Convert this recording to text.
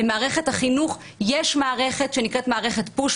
למערכת החינוך יש מערכת שנקראת מערכת "פוש",